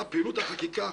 ההצעה.